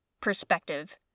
perspective